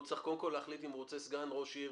והוא צריך קודם כל להחליט אם הוא רוצה סגן ראש עיר